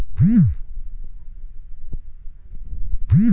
कर्जाच्या पात्रतेसाठी आवश्यक कागदपत्रे कोणती?